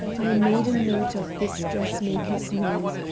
i made a note of this dressmaker's name.